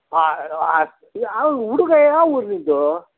ಈಗ ಆ ಹುಡುಗ ಯಾವ ಊರ್ನಿಂದ